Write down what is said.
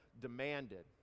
demanded